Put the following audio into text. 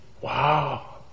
wow